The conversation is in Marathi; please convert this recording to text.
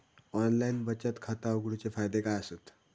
ऑनलाइन बचत खाता उघडूचे फायदे काय आसत?